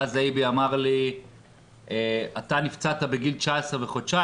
ואז אייבי אמר לי 'אתה נפצעת בגיל 19 וחודשיים,